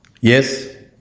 Yes